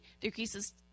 decreases